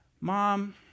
Mom